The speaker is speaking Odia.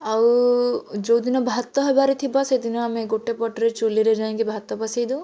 ଆଉ ଯେଉଁଦିନ ଭାତ ହେବାର ଥିବ ସେଦିନ ଆମେ ଗୋଟେ ପଟରେ ଚୂଲିରେ ଯାଇ ଆମେ ଭାତ ବସାଇ ଦଉ